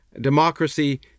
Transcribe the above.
democracy